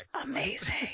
amazing